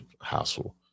hassle